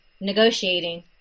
negotiating